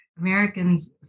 Americans